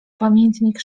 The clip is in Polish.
pamiętnik